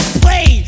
play